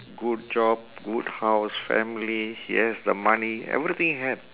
good job good house family he has the money everything have